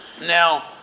Now